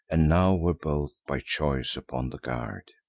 and now were both by choice upon the guard.